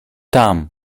tam